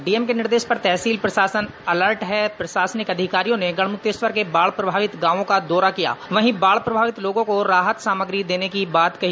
DM के निर्देश पर तहसील प्रशासन अलर्ट है प्रशासनिक अधिकारियों ने गढ़मुक्तेश्वर के बाढ़ प्रभावित गांवों का दौरा किया वहीं बाढ़ प्रभावित लोगों को राहत सामग्री देने की बात कही